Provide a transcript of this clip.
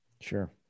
Sure